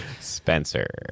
Spencer